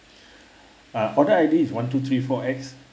uh order I_D is one two three four X